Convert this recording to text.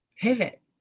pivot